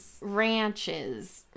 ranches